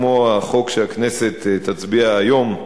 כמו החוק שהכנסת תצביע עליו היום,